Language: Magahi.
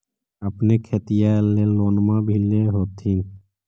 अपने खेतिया ले लोनमा भी ले होत्थिन?